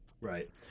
Right